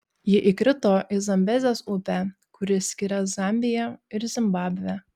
ji įkrito į zambezės upę kuri skiria zambiją ir zimbabvę